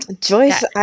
Joyce